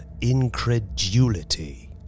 incredulity